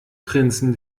prinzen